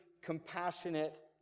compassionate